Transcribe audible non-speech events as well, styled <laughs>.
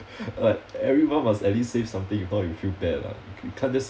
<laughs> like everyone must at least save something if not you know feel bad lah you can't just